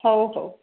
ହଉ ହଉ